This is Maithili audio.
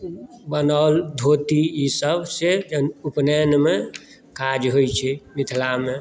बनाओल धोती ई सभसॅं उपनयनमे काज होइत छै मिथिलामे